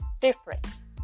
difference